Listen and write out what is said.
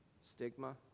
Stigma